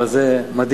אבל זה מדהים.